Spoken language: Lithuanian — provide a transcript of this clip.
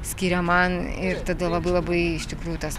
skiria man ir tada labai labai iš tikrųjų tas